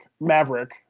Maverick